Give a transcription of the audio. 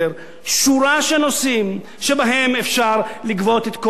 שורה של נושאים שבהם אפשר לגבות את כל הכסף